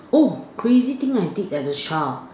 oh crazy thing I did as a child